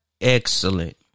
excellent